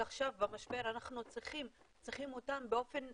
שעכשיו במשבר אנחנו צריכים אותם באופן